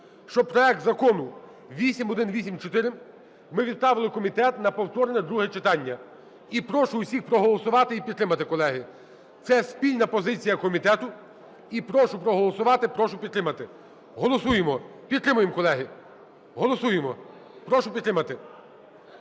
щоб проект закону 8184 ми відправили в комітет на повторне друге читання, і прошу усіх проголосувати і підтримати, колеги. Це спільна позиція комітету і прошу проголосувати, прошу підтримати. Голосуємо. Підтримуємо, колеги. Голосуємо. Прошу підтримати.